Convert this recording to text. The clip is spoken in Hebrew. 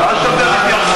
אדוני יושב-ראש הכנסת,